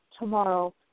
tomorrow